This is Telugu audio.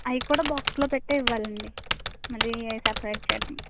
అయి కూడా బాక్స్లో పెట్టే ఇవ్వాలండి మళ్ళీ అవి సపరేట్ చేయడం